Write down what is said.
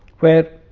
where